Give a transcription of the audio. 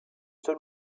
seul